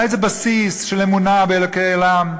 היה איזה בסיס של אמונה באלוקי עולם.